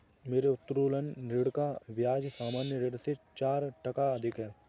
मेरे उत्तोलन ऋण का ब्याज सामान्य ऋण से चार टका अधिक है